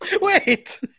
Wait